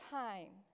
time